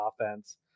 offense